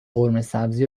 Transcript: قرمهسبزی